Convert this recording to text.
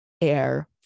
Air